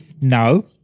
No